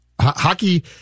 Hockey